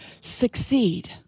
succeed